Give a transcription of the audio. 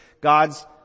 God's